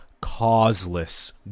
causeless